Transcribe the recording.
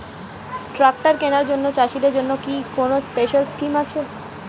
Tractor কেনার জন্য চাষিদের জন্য কি কোনো স্পেশাল স্কিম আছে?